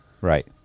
Right